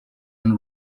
and